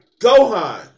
Gohan